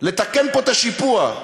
לתקן פה את השיפוע,